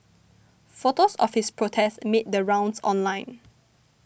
photos of his protests made the rounds online